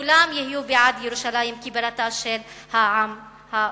כולם יהיו בעד ירושלים כבירתו של העם הפלסטיני.